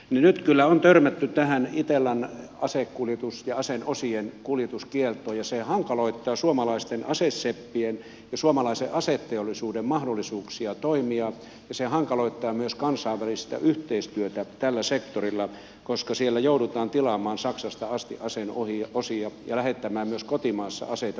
nyt kyllä on törmätty tähän itellan asekuljetus ja aseen osien kuljetuskieltoon ja se hankaloittaa suomalaisten aseseppien ja suomalaisen aseteollisuuden mahdollisuuksia toimia ja se hankaloittaa myös kansainvälistä yhteistyötä tällä sektorilla koska siellä joudutaan tilaamaan saksasta asti aseen osia ja lähettämään myös kotimaassa aseita huoltoon